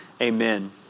Amen